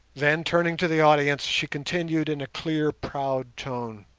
then, turning to the audience, she continued in a clear proud tone,